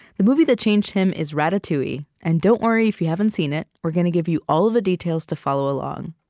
the movie that changed him is ratatouille. and don't worry if you haven't seen it we're gonna give you all the details to follow along.